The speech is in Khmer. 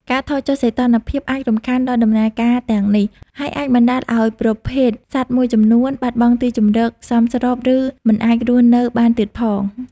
ការថយចុះសីតុណ្ហភាពអាចរំខានដល់ដំណើរការទាំងនេះ ហើយអាចបណ្តាលឱ្យប្រភេទសត្វមួយចំនួនបាត់បង់ទីជម្រកសមស្រប ឬមិនអាចរស់នៅបានទៀតផង។